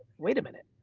wait a minute.